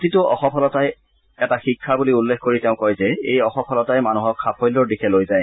প্ৰতিটো অসফলতাই এটা শিক্ষা বুলি উল্লেখ কৰি তেওঁ কয় যে এই অসফলতাই মানুহক সাফল্যৰ দিশে লৈ যায়